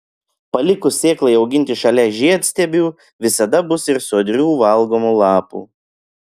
palikus sėklai auginti šalia žiedstiebių visada bus ir sodrių valgomų lapų